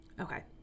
Okay